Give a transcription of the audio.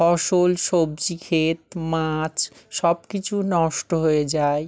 ফসল সবজি ক্ষেত মাছ সব কিছু নষ্ট হয়ে যায়